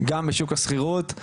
גם בשוק השכירות.